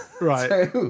Right